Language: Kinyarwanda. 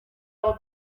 aho